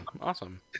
Awesome